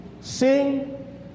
sing